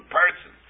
person